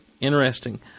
interesting